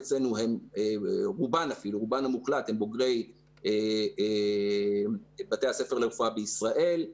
הם בוגרי בתי הספר לרפואה בישראל,